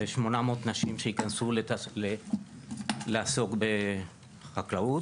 שהוא 800 נשים שייכנסו לעסוק בחקלאות.